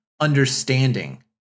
understanding